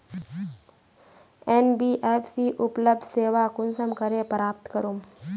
NBFC उपलब्ध सेवा कुंसम करे प्राप्त करूम?